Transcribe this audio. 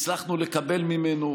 הצלחנו לקבל ממנו,